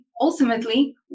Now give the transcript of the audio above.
ultimately